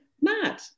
mad